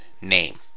name